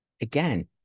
again